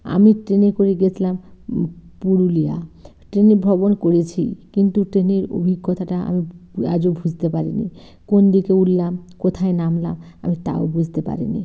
আমি ট্রেনে করে গিয়েছিলাম পুরুলিয়া ট্রেনে ভ্রমণ করেছি কিন্তু ট্রেনের অভিজ্ঞতাটা আমি আজও বুঝতে পারি নি কোন দিকে উঠলাম কোথায় নামলাম আমি তাও বুঝতে পারি নি